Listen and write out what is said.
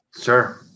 Sure